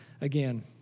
again